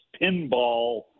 pinball